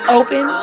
open